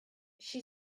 she